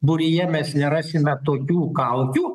būryje mes nerasime tokių kaukių